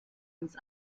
uns